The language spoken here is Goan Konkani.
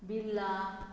बिर्ला